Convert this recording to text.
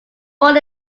born